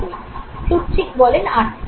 Plutchik বলেন আটটি